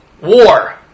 war